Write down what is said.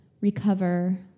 recover